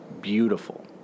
beautiful